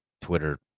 Twitter